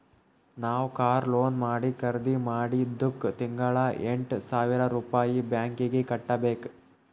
ನಾವ್ car loan ಮಾಡಿ ಖರ್ದಿ ಮಾಡಿದ್ದುಕ್ ತಿಂಗಳಾ ಎಂಟ್ ಸಾವಿರ್ ರುಪಾಯಿ ಬ್ಯಾಂಕೀಗಿ ಕಟ್ಟಬೇಕ್